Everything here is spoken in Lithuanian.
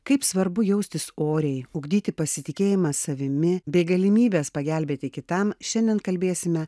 kaip svarbu jaustis oriai ugdyti pasitikėjimą savimi bei galimybes pagelbėti kitam šiandien kalbėsime